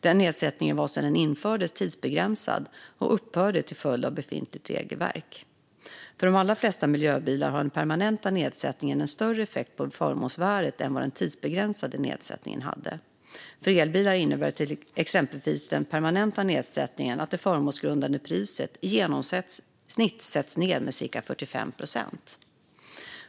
Den nedsättningen var sedan den infördes tidsbegränsad och upphörde till följd av befintligt regelverk. För de allra flesta miljöbilar har den permanenta nedsättningen en större effekt på förmånsvärdet än vad den tidsbegränsade nedsättningen hade. För elbilar innebär exempelvis den permanenta nedsättningen att det förmånsgrundande priset i genomsnitt sätts ned med cirka 45 procent.